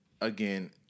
Again